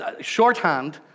shorthand